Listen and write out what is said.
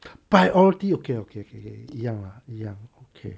priority okay okay okay 一样 lah 一样 okay